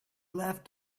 left